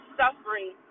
suffering